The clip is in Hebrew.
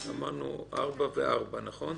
אמרנו ארבע וארבע אם